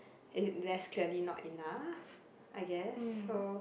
as in less clearly not enough I guess so